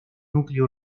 núcleo